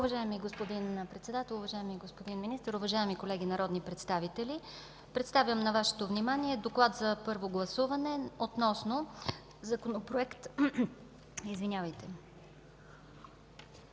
Уважаеми господин Председател, уважаеми господин Министър, уважаеми колеги народни представители, предоставям на Вашето внимание: „ДОКЛАД за първо гласуване относно Законопроект за